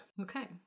Okay